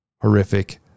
horrific